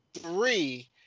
three